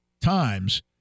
times